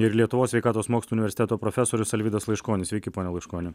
ir lietuvos sveikatos mokslų universiteto profesorius alvydas laiškonis sveiki pone laiškoni